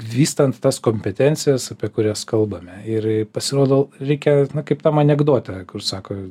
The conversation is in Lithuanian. vystant tas kompetencijas apie kurias kalbame ir pasirodo reikia kaip tam anekdote kur sako